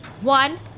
One